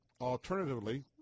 Alternatively